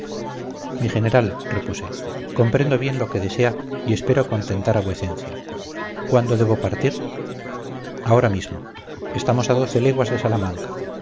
mi general repuse comprendo bien lo que se desea y espero contentar a vuecencia cuándo debo partir ahora mismo estamos a doce leguas de salamanca